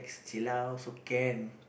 chill lah also can